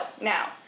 now